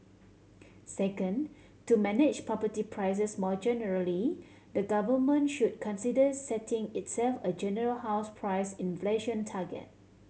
second to manage property prices more generally the government should consider setting itself a general house price inflation target